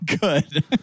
good